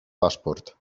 paszport